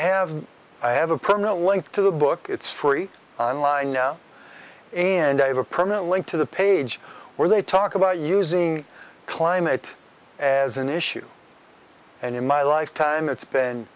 have i have a permanent link to the book it's free online now and i have a permanent link to the page where they talk about using climate as an issue and in my lifetime it's been